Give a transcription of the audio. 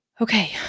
Okay